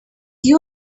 you